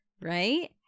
right